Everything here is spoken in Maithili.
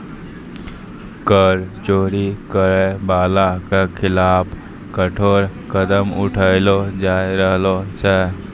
कर चोरी करै बाला के खिलाफ कठोर कदम उठैलो जाय रहलो छै